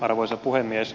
arvoisa puhemies